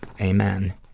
Amen